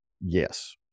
Yes